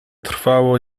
trwało